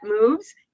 moves